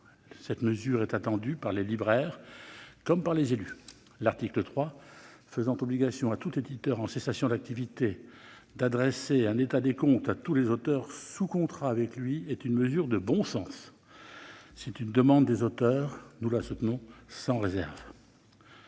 Cette mesure est attendue par les libraires comme par les élus. L'article 3 tend à faire obligation à tout éditeur en cessation d'activité d'adresser un état des comptes à tous les auteurs sous contrat avec lui. C'est une mesure de bon sens. Elle correspond à une demande des auteurs. Nous la soutenons sans réserve.